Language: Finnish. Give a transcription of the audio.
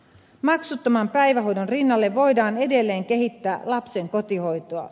maksuttoman päivähoidon rinnalle voidaan edelleen kehittää lapsen kotihoitoa